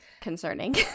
Concerning